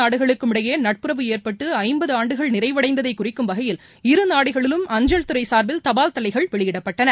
நாடுகளுக்கும் இடையேநட்புறவு ஏற்பட்டுஐம்பதுஆண்டுகள் நிறைவடைந்ததைகுறிக்கும் வகையில் இரு நாடுகளிலும் அஞ்சல் துறைசார்பில் தபால் தலைகள் வெளியிடப்பட்டன